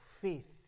faith